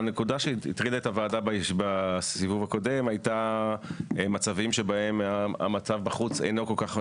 הנקודה שהטרידה את הוועדה בסיבוב הקודם הייתה מצבים שאינם מצב שגרתי,